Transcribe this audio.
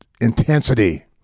intensity